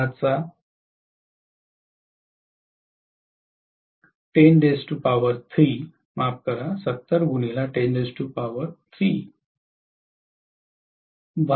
14 ते 5 म्हणजे 70 140